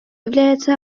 является